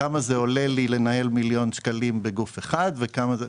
כמה זה עולה לי לנהל מיליון שקלים בגוף אחד וכמה בגוף אחר.